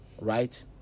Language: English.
Right